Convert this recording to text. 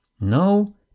no